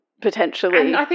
potentially